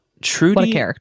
Trudy